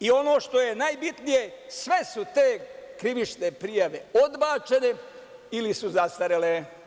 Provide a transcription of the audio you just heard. I ono što je najbitnije – sve su te krivične prijave odbačene ili su zastarele.